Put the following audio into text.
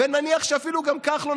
ונניח שאפילו כחלון,